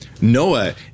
Noah